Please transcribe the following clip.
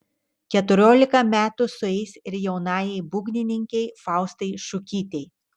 keturiolika metų sueis ir jaunajai būgnininkei faustai šukytei